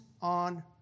on